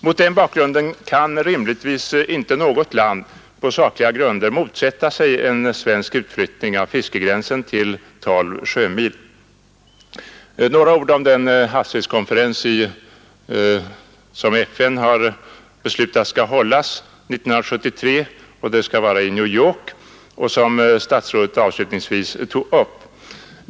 Mot den bakgrunden kan rimligtvis inte något land på sakliga grunder motsätta sig en svensk utflyttning av fiskegränsen till 12 sjömil. Så några ord om den havsrättskonferens som FN har beslutat skall hållas 1973 i New York och som statsrådet avslutningsvis tog upp.